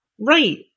right